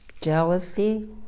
Jealousy